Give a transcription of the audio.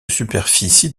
superficie